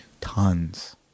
Tons